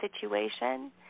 situation